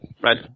right